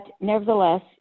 nevertheless